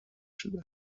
شده